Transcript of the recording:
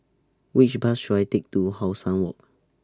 Which Bus should I Take to How Sun Walk